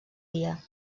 dia